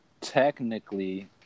Technically